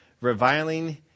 reviling